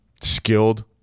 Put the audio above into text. skilled